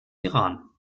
iran